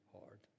hard